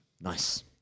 nice